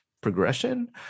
progression